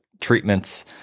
treatments